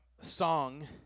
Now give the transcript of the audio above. song